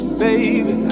baby